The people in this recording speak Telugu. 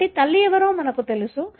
కాబట్టి తల్లి ఎవరో మనకు తెలుసు